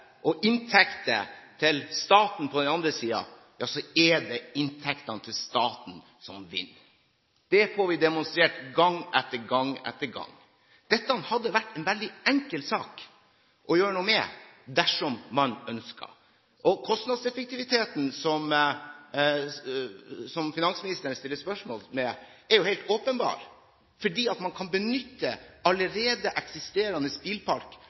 og inntekter til staten på den andre siden, er det inntektene til staten som vinner. Det får vi demonstrert gang etter gang. Dette hadde vært en veldig enkel sak å gjøre noe med dersom man ønsket, og kostnadseffektiviteten, som finansministeren stiller spørsmål ved, er helt åpenbar, for man kan benytte allerede eksisterende